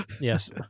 Yes